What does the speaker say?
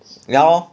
ya lor